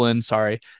sorry